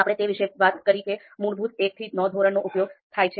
આપણે તે વિશે વાત કરી કે મૂળભૂત 1 થી 9 ધોરણનો ઉપયોગ થાય છે